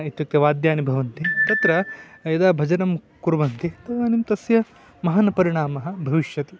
इत्युक्ते वाद्यानि भवन्ति तत्र यदा भजनं कुर्वन्ति तदानीं तस्य महान् परिणामः भविष्यति